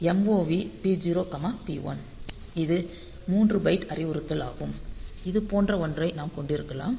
MOV P0 P1 இது 3 byte அறிவுறுத்தல் ஆகும் இது போன்ற ஒன்றை நாம் கொண்டிருக்கலாம்